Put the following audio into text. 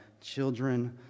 children